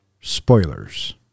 Spoilers